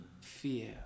fear